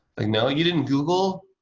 like, no. you didn't google?